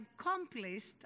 accomplished